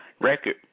record